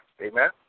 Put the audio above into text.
Amen